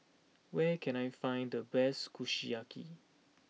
where can I find the best Kushiyaki